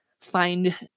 find